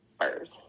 first